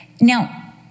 Now